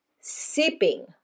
Sipping